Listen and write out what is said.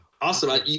Awesome